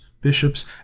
bishops